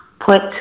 put